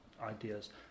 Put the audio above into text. Ideas